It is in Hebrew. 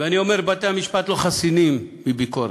ואני אומר: בתי-המשפט לא חסינים מביקורת,